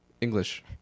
English